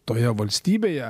toje valstybėje